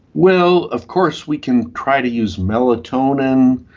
well, of course we can try to use melatonin,